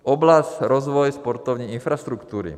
Oblast rozvoje sportovní infrastruktury.